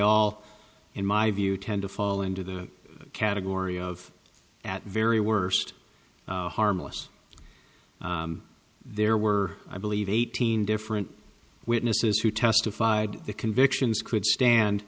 all in my view tend to fall into the category of at very worst harmless there were i believe eighteen different witnesses who testified the convictions could stand